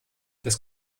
das